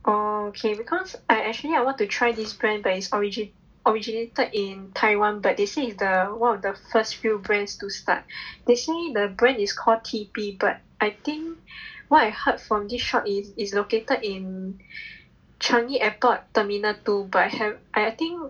oh okay because I actually I want to try this brand but it's origin~ originated in taiwan but they say is the one of the one of the first few brands to start they say the brand is called T_P but I think what I heard from this shop is is located in Changi airport terminal two but I have but I think